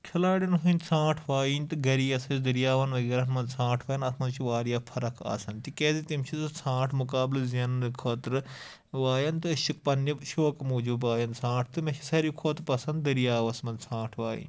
کھِلاڑٮ۪ن ہنٛد ژھرٛانٛٹ وایِنۍ تہٕ گَرِ یۄس أسۍ دٔریاوَن وغیرہ ہَن منٛز ژھرٛانٛٹ وایان اَتھ منٛز چھِ واریاہ فرق آسان تِکیازِ تِم چھِ سُہ ژھرٛانٛٹ مُقابلہٕ زینٛنہٕ خٲطرٕ وایان تہٕ أسۍ چھِ پنٛنہِ شوقہٕ موٗجوٗب وایان ژھرٛانٛٹ تہٕ مےٚ چھِ ساروٕے کھۄتہٕ پَسنٛد دٔریاوَس منٛز ژھرٛانٛٹ وایِنۍ